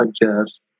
adjust